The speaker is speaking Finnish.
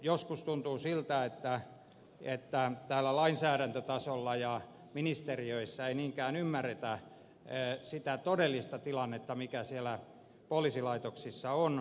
joskus tuntuu siltä että täällä lainsäädäntötasolla ja ministeriöissä ei niinkään ymmärretä sitä todellista tilannetta mikä siellä poliisilaitoksissa on